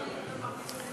להגיד דברים,